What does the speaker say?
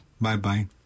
bye-bye